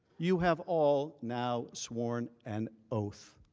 you have all now sworn an oath.